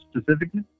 specifically